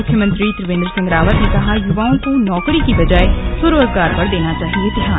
मुख्यमंत्री त्रिवेन्द्र सिंह रावत ने कहा युवाओं को नैकरी की बजाए स्वरोजगार पर देना चाहिए ध्यान